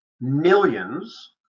millions